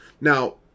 now